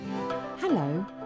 Hello